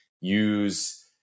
use